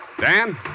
Dan